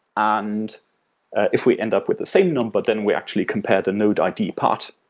and if we end up with the same number, then we actually compare the node id part.